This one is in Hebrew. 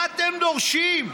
מה אתם דורשים?